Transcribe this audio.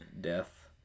Death